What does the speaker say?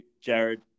Jared